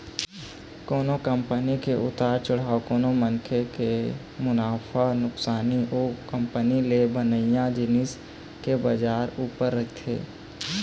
कोनो कंपनी के उतार चढ़ाव कोनो मनखे के मुनाफा नुकसानी ओ कंपनी ले बनइया जिनिस के बजार के ऊपर रहिथे